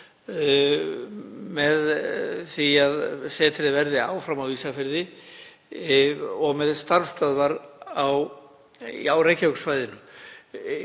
með því að setrið verði áfram á Ísafirði og með starfsstöðvar á Reykjavíkursvæðinu.